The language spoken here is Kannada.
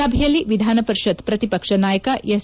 ಸಭೆಯಲ್ಲಿ ವಿಧಾನಪರಿಷತ್ ಪ್ರತಿಪಕ್ಷ ನಾಯಕ ಎಸ್